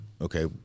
okay